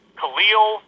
Khalil